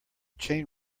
chain